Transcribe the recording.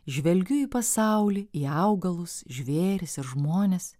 žvelgiu į pasaulį į augalus žvėris ir žmones